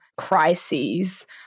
crises